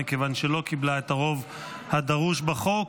מכיוון שלא קיבלה את הרוב הדרוש בחוק.